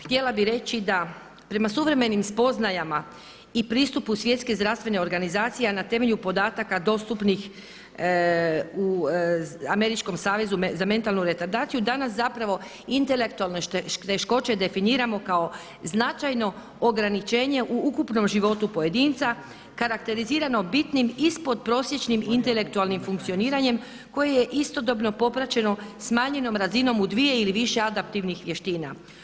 Htjela bih reći da prema suvremenim spoznajama i pristupu Svjetske zdravstvene organizacije, a na temelju podataka dostupnih Američkom savezu za mentalnu retardaciju danas intelektualne teškoće definiramo kao značajno ograničenje ukupnom životu pojedinca karakterizirano bitnim ispod prosječnim intelektualnim funkcioniranjem koje je istodobno popraćeno smanjenom razinom u dvije ili više adaptivnih vještina.